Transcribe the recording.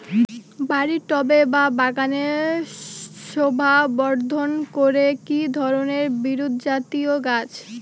বাড়ির টবে বা বাগানের শোভাবর্ধন করে এই ধরণের বিরুৎজাতীয় গাছ